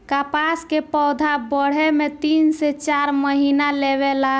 कपास के पौधा बढ़े में तीन से चार महीना लेवे ला